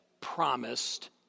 promised